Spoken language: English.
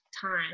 time